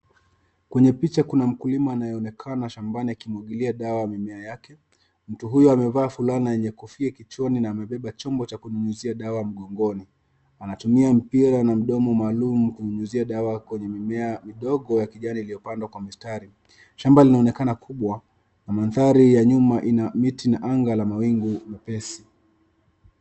Kwenye picha kuna mkulima anayeonekana shambani akimwagilia dawa mimea yake. Mtu huyu amevaa fulana yenye kofia kichwani na amebeba chombo cha kunyunyuzia dawa mgongoni. Anatumia mpira na mdomo maalum kunyunyuzia dawa kwenye mimea midogo ya kijani iliyopandwa kwa mistari. Shamba linaonekana kubwa na mandhari ya nyuma ina miti na anga la mawingu mepesi.